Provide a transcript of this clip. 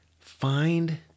Find